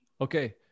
okay